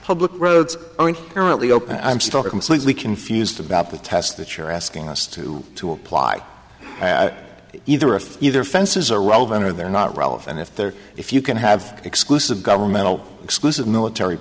public roads aren't currently open i'm stalker completely confused about the task that you're asking us to to apply either if either fences are relevant or they're not relevant if they're if you can have exclusive governmental exclusive military